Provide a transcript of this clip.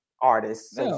artists